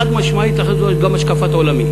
חד-משמעית זו גם השקפת עולמי.